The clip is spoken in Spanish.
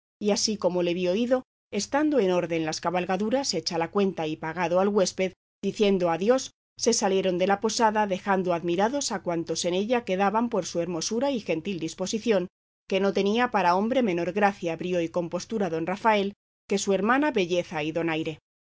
y así como le vio ido estando en orden las cabalgaduras hecha la cuenta y pagado al huésped diciendo adiós se salieron de la posada dejando admirados a cuantos en ella quedaban de su hermosura y gentil disposición que no tenía para hombre menor gracia brío y compostura don rafael que su hermana belleza y donaire